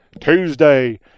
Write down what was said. Tuesday